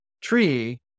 tree